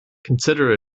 consider